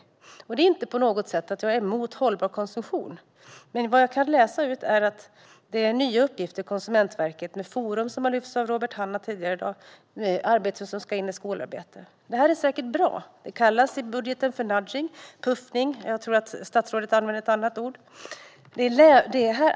Det beror inte på att jag på något sätt skulle vara emot hållbar konsumtion. Men vad jag kan utläsa är det fråga om nya uppgifter för Konsumentverket, med ett nytt forum som har lyfts fram av Robert Hannah tidigare i dag. Detta ska in i skolarbetet. Det är säkert bra. Det kallas i budgeten för "nudging" eller "puffning". Jag tror att statsrådet använde ett annat ord.